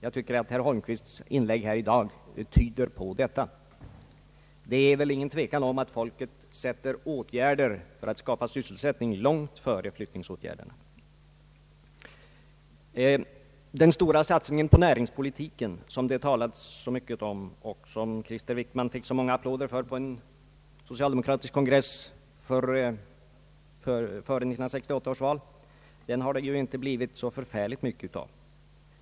Jag tycker att herr Holmqvists inlägg här i dag tyder på något sådant. Det är väl ingen tvekan om att folket i Norrland sätter åtgärder för att skapa sysselsättning långt före flyttningsåtgärder. Den stora satsning på näringspolitiken, som det har talats så mycket om och som Krister Wickman fick så många applåder för på en socialdemokratisk kongress före 1968 års val, har det inte blivit så förfärligt mycket av.